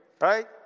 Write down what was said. right